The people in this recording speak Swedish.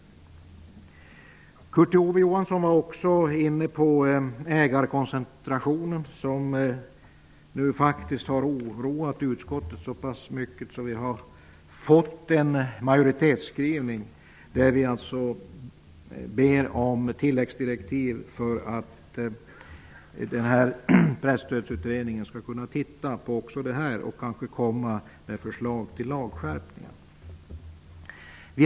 Ägarkoncentrationen, som Kurt Ove Johansson var inne på, har oroat oss i utskottet så pass mycket att vi har fått till en majoritetsskrivning. I den ber vi om tilläggsdirektiv för att presstödsutredningen också skall titta närmare på ägarkoncentrationen och komma med förslag till lagskärpningar.